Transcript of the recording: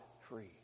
free